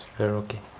okay